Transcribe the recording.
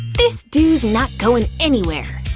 this do's not goin' anywhere!